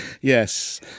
Yes